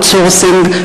outsourcing,